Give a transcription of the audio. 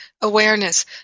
awareness